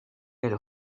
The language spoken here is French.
elle